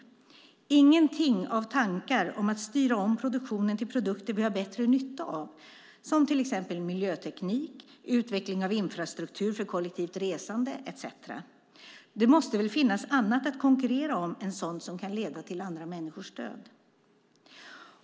Det finns ingenting av tankar om att styra om produktionen till produkter vi har bättre nytta av, till exempel miljöteknik, utveckling av infrastruktur för kollektivt resande etcetera. Det måste väl finnas annat att konkurrera om än sådant som kan leda till andra människors död?